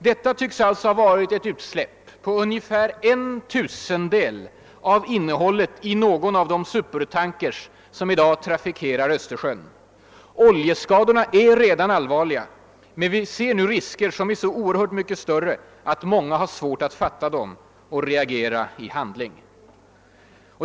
Detta skulle alltså ha varit ett utsläpp på ungefär en tusendel av innehållet i någon av de supertankers som i dag trafikerar Östersjön. Oljeskadorna är redan allvarliga — men vi ser nu risker som är så oerhört mycket större att många har svårt att fatta dem och reagera i handling.